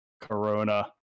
Corona